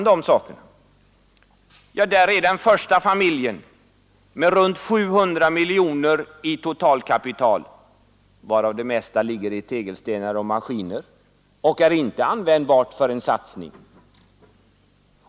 Där är den första familjen med i runt tal 700 miljoner i totalt kapital — varav det mesta ligger i tegelstenar och maskiner och inte är användbart för en satsning.